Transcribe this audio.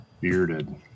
Bearded